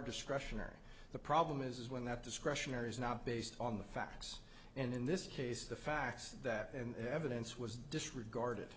discretionary the problem is when that discretionary is not based on the facts and in this case the facts that and the evidence was disregarded